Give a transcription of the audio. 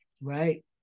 Right